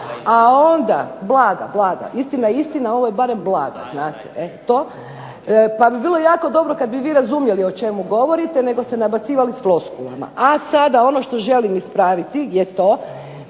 Blaga, blaga. Istina je istina, a ovo je barem blaga, znate. Pa bi bilo jako dobro kad bi vi razumjeli o čemu govorite nego se nabacivali s floskulama. A sada ono što želim ispraviti je to